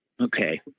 Okay